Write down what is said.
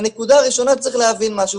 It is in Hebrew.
לנקודה הראשונה, צריך להבין משהו.